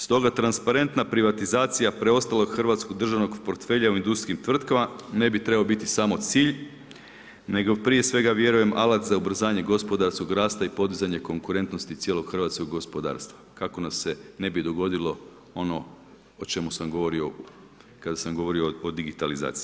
Stoga transparentna privatizacija preostalog hrvatskog državnog portfelja u industrijskim tvrtkama ne bi trebao biti samo cilj, nego prije svega vjerujem alat za ubrzanje gospodarskog rasta i podizanje konkurentnosti cijelog hrvatskog gospodarstva kako nam se ne bi dogodilo ono o čemu sam govorio o digitalizaciji.